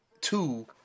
two